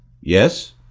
Yes